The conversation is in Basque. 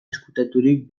ezkutaturik